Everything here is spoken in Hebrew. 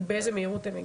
באיזה מהירות הם מגיעים.